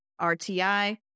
RTI